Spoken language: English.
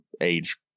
age